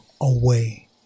away